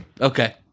Okay